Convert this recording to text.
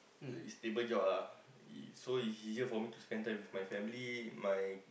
it's stable job ah so it's easier for me to spend time with my family my